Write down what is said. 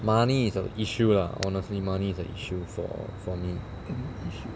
money is a issue lah honestly money is a issue for for me